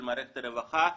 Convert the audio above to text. של מערכת הרווחה.